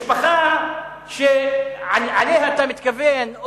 משפחה שאליה אתה מתכוון,